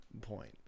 point